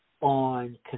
on